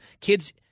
kids